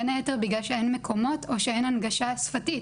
בין היתר בגלל שאין מקומות או שאין הנגשה שפתית.